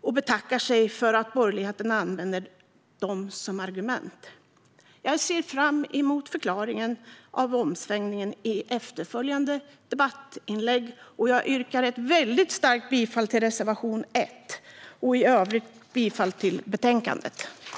och betackar sig för att borgerligheten använder dem som argument. Jag ser fram emot förklaringen till omsvängningen i efterföljande debattinlägg och yrkar starkt bifall till reservation 1. På övriga punkter yrkar jag bifall till utskottets förslag.